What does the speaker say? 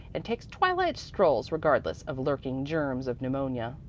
and takes twilight strolls regardless of lurking germs of pneumonia.